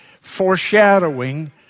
foreshadowing